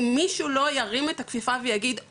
אם מישהו לא ירים את הכפפה ויגיד,